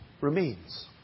remains